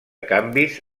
canvis